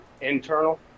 internal